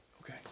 Okay